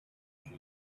she